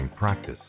practice